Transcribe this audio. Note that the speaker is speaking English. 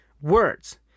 Words